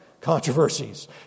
controversies